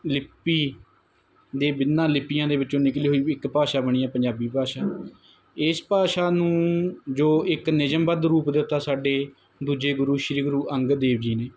ਲਿਪੀ ਦੇ ਲਿਪੀਆਂ ਦੇ ਵਿੱਚੋਂ ਨਿਕਲੀ ਹੋਈ ਇੱਕ ਭਾਸ਼ਾ ਬਣੀ ਹੈ ਪੰਜਾਬੀ ਭਾਸ਼ਾ ਇਸ ਭਾਸ਼ਾ ਨੂੰ ਜੋ ਇੱਕ ਨਿਯਮ ਵੱਧ ਰੂਪ ਦਿੱਤਾ ਸਾਡੇ ਦੂਜੇ ਗੁਰੂ ਸ਼੍ਰੀ ਗੁਰੂ ਅੰਗਦ ਦੇਵ ਜੀ ਨੇ